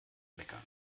meckern